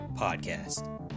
Podcast